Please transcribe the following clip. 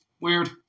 Weird